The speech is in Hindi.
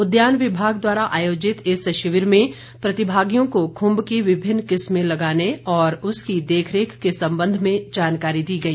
उद्यान विभाग द्वारा आयोजित इस शिविर में प्रतिभागियों को खुम्ब की विभिन्न किस्में लगाने और उसकी देखरेख के संबंध में जानकारी दी गई